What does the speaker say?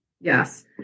Yes